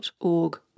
org